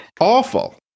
awful